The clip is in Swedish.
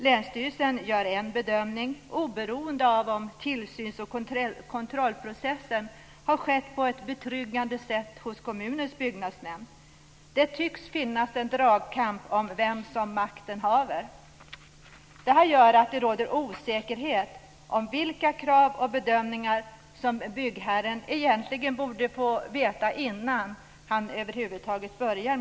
Länsstyrelsen gör en bedömning oberoende av om tillsyns och kontrollprocessen har skett på ett betryggande sätt hos kommunens byggnadsnämnd. Det tycks finnas en dragkamp om vem som makten haver. Detta gör att det råder osäkerhet om vilka krav och bedömningar som byggherren borde bli informerad om innan jobbet påbörjas.